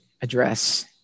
address